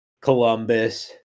Columbus